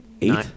eight